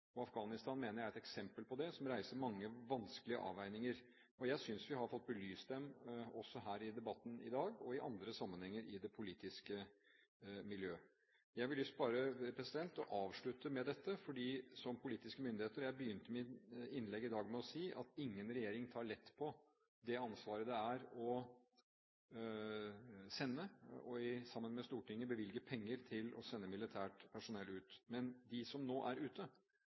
Afghanistan mener jeg er et eksempel på det, og det reiser mange vanskelige avveininger. Jeg synes også vi har fått belyst dem her i debatten i dag og i andre sammenhenger i det politiske miljøet. Jeg har bare lyst til å avslutte med dette. Jeg begynte mitt innlegg i dag med å si at ingen regjering – som politisk myndighet – tar lett på det ansvaret det er å sende – og sammen med Stortinget bevilge penger til å sende – militært personell ut. Men de som nå er ute